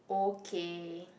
okay